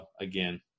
Again